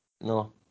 No